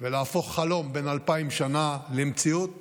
ולהפוך חלום בן אלפיים שנה למציאות